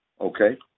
Okay